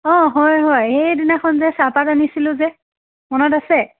অ' হয় হয় সেইদিনাখন যে চাহপাত আনিছিলোঁ যে মনত আছে